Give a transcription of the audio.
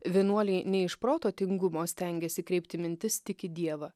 vienuoliai ne iš proto tingumo stengėsi kreipti mintis tik į dievą